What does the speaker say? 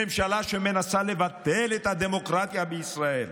ממשלה שמנסה לבטל את הדמוקרטיה בישראל,